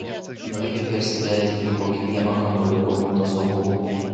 norėčiau persikelti į kokį vieno kambariuko butą su holu